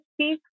speak